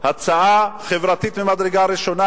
הצעה חברתית ממדרגה ראשונה,